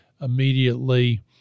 immediately